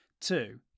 Two